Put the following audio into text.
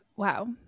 Wow